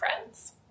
friends